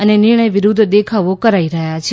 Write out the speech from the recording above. અને નિર્ણય વિરૂદ્ધ દેખાવો કરાઈ રહ્યા છે